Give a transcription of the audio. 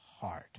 heart